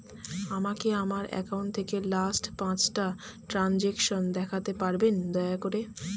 আমাকে আমার অ্যাকাউন্ট থেকে লাস্ট পাঁচটা ট্রানজেকশন দেখাতে পারবেন দয়া করে